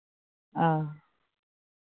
ᱚᱸᱻ